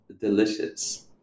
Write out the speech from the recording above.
delicious